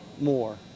more